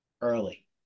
early